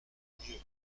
mieux